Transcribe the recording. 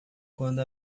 quando